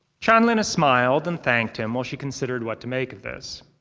chanlina smiled and thanked him while she considered what to make of this.